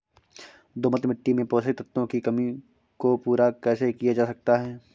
दोमट मिट्टी में पोषक तत्वों की कमी को पूरा कैसे किया जा सकता है?